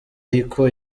rico